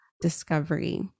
discovery